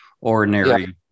ordinary